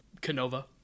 Canova